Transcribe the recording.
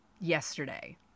yesterday